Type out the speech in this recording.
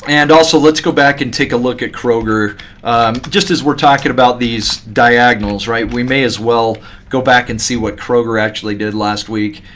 and also let's go back and take a look at kroger just as we're talking about these diagonals. we may as well go back and see what kroger actually did last week.